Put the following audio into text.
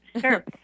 sure